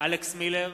אלכס מילר,